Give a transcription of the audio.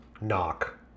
knock